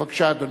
בבקשה, אדוני.